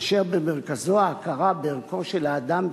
אשר במרכזו ההכרה בערכו של האדם,